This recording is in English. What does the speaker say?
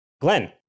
Glenn